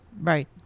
Right